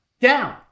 Down